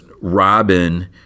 Robin